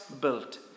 built